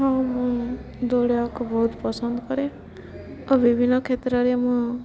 ହଁ ମୁଁ ଦୌଡ଼ିବାକୁ ବହୁତ ପସନ୍ଦ କରେ ଆଉ ବିଭିନ୍ନ କ୍ଷେତ୍ରରେ ମୁଁ